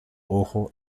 ojo